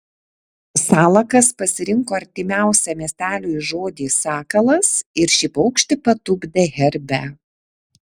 salakas pasirinko artimiausią miesteliui žodį sakalas ir šį paukštį patupdė herbe